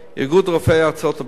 איגוד רופאי ארצות-הברית,